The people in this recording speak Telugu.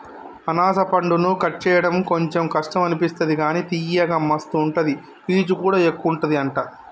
అనాస పండును కట్ చేయడం కొంచెం కష్టం అనిపిస్తది కానీ తియ్యగా మస్తు ఉంటది పీచు కూడా ఎక్కువుంటది అంట